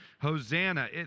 Hosanna